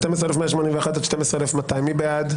12,121 עד 12,140, מי בעד?